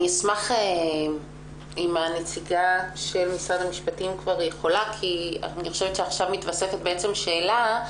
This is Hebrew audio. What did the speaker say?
אני אשמח לדעת אם יש לנו את נציגת משרד המשפטים כי עכשיו מתווספת שאלה.